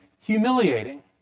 humiliating